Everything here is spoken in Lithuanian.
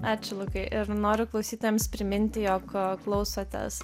ačiū lukai ir noriu klausytojams priminti jog klausotės